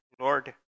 Lord